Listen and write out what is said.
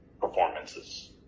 performances